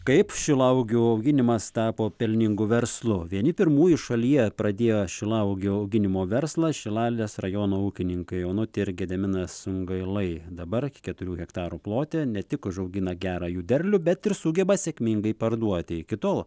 kaip šilauogių auginimas tapo pelningu verslu vieni pirmųjų šalyje pradėjo šilauogių auginimo verslą šilalės rajono ūkininkai onutė ir gediminas sungailai dabar keturių hektarų plote ne tik užaugina gerą jų derlių bet ir sugeba sėkmingai parduoti iki tol